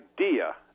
idea